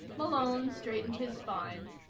malone straightened his spine.